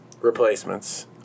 Replacements